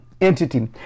entity